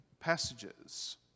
passages